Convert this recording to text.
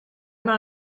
maar